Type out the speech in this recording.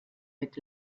mit